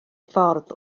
ffordd